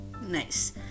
nice